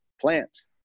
Plants